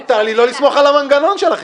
מותר לי לא לסמוך על המנגנון שלכם.